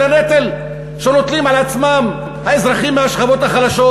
הנטל שנוטלים על עצמם האזרחים מהשכבות החלשות.